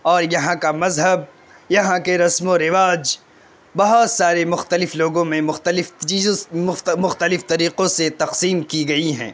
اور یہاں کا مذہب یہاں کے رسم و رواج بہت سارے مختلف لوگوں میں مختلف چیز مختلف طریقوں سے تقسیم کی گئی ہیں